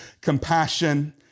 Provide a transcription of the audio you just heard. compassion